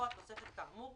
(ב)